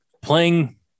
playing –